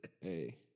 Hey